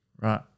Right